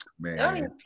Man